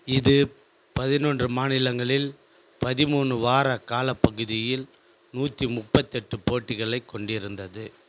இது பதினொன்று மாநிலங்களில் பதிமூணு வார காலப்பகுதியில் நூற்றி முப்பத்தெட்டு போட்டிகளைக் கொண்டிருந்தது